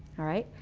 alright?